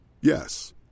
Yes